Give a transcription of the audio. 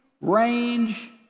range